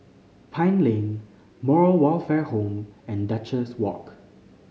Pine Lane Moral Welfare Home and Duchess Walk